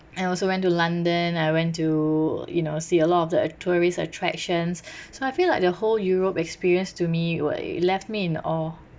and I also went to london I went to you know see a lot of the tourist attractions so I feel like the whole europe experience to me like left me in awe